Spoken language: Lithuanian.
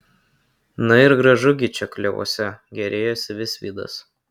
na ir gražu gi čia klevuose gėrėjosi visvydas